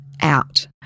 out